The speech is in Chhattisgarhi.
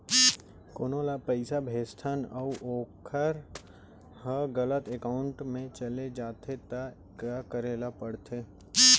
कोनो ला पइसा भेजथन अऊ वोकर ह गलत एकाउंट में चले जथे त का करे ला पड़थे?